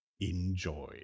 enjoy